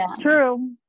true